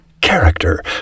character